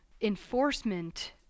enforcement